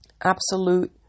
absolute